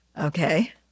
Okay